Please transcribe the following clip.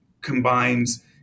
combines